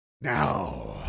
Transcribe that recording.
Now